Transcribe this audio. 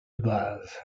base